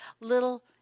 little